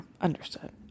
Understood